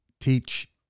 teach